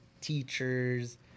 teachers